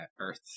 Earth